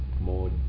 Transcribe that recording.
more